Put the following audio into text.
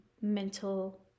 mental